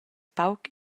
pauc